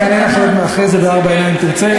אוקיי, בסדר, אני אענה לכם בארבע עיניים, אם תרצה.